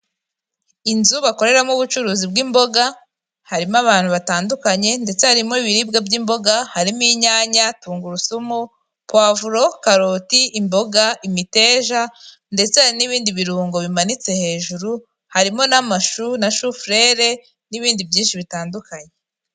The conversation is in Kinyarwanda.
Inzu bakoreramo ubucuruzi bw'imboga, harimo abantu batandukanye ndetse harimo ibiribwa by'imboga, harimo inyanya, tungurusumu, puwavuro, karoti, imboga, imiteja ndetse hari n'ibindi birungo bimanitse hejuru, harimo n'amashu na shufurere n'ibindi byinshi bitandukanye.